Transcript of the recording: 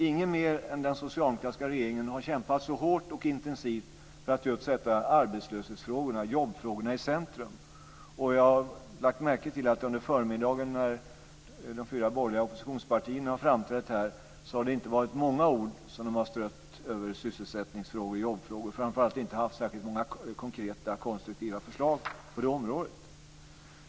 Ingen annan än den socialdemokratiska regeringen har kämpat så hårt och intensivt för att just sätta arbetslöshetsfrågorna, jobbfrågorna i centrum. Jag har lagt märke till att när de fyra borgerliga oppositionspartierna har framträtt här under förmiddagen har de inte strött många ord över sysselsättningsfrågor och jobbfrågor. Framför allt har de inte haft särskilt många konkreta konstruktiva förslag på det området.